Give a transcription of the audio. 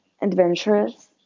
adventurous